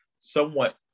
somewhat